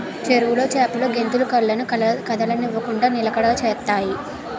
చెరువులో చేపలు గెంతులు కళ్ళను కదలనివ్వకుండ నిలకడ చేత్తాయి